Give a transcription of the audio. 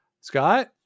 Scott